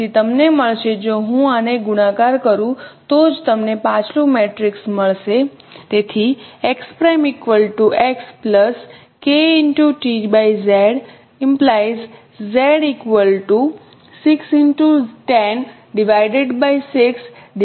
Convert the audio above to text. તેથી તમને મળશે જો હું આને ગુણાકાર કરું તો જ તમને પાછલું મેટ્રિક્સ મળશે